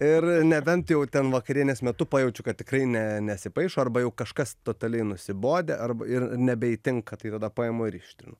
ir nebent jau ten vakarienės metu pajaučiu kad tikrai ne nesipaišo arba jau kažkas totaliai nusibodę arba ir nebeįtinka tai tada paimu ir ištrinu